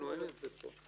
לנו אין את זה פה.